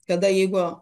kada jeigu